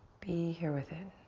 be here with it.